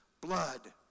blood